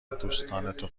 دوستانتو